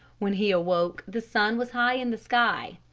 when he awoke the sun was high in the sky.